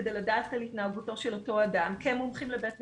כדי לדעת על התנהגותו של אותו אדם כמומחים לבית משפט,